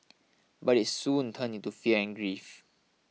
but it soon turned into fear and grief